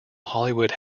hollywood